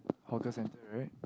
hawker center right